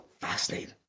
fascinating